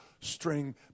string